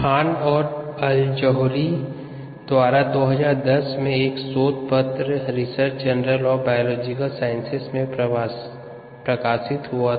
खान और अलज़ोहैरी द्वारा 2010 में एक शोध पत्र research journal of biological sciences में प्रकाशित हुआ था